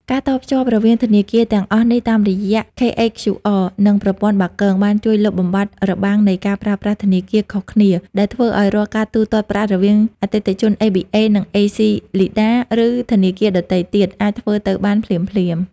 ការតភ្ជាប់រវាងធនាគារទាំងអស់នេះតាមរយៈ KHQR និងប្រព័ន្ធបាគង បានជួយលុបបំបាត់របាំងនៃការប្រើប្រាស់ធនាគារខុសគ្នា ដែលធ្វើឱ្យរាល់ការទូទាត់ប្រាក់រវាងអតិថិជន ABA និងអេស៊ីលីដា (ឬធនាគារដទៃទៀត) អាចធ្វើទៅបានភ្លាមៗ។